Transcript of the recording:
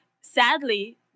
sadly